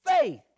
faith